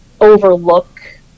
overlook